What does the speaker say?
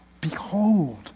Behold